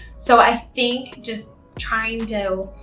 so, i think, just trying to,